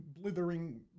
blithering